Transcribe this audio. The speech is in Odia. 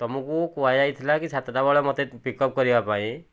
ତୁମକୁ କୁହାଯାଇଥିଲା କି ସାତଟା ବେଳେ ମୋତେ ପିକଅପ୍ କରିବାପାଇଁ